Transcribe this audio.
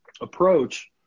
approach